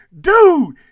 dude